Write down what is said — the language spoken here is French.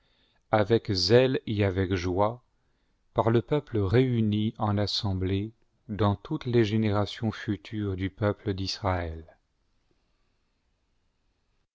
avec zèle et avec joie par le peuple réuni en assemblée dans toutes les générations futures du peuple d'israël